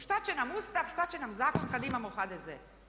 Što će nam Ustav, što će nam zakon kad imamo HDZ?